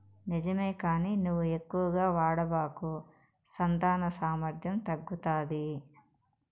నిజమే కానీ నువ్వు ఎక్కువగా వాడబాకు సంతాన సామర్థ్యం తగ్గుతాది